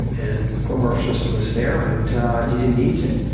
and the court marshal system was fair and you didn't need to.